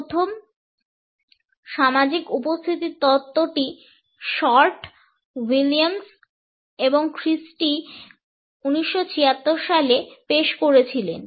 প্রথম সামাজিক উপস্থিতির তত্ত্বটি শর্ট উইলিয়ামস এবং ক্রিস্টি 1976 সালে পেশ করেছিলেন